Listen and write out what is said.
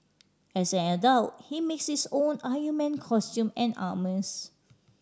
as an adult he makes his own Iron Man costume and armours